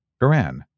Quran